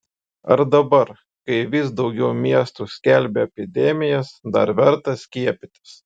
ar dabar kai vis daugiau miestų skelbia epidemijas dar verta skiepytis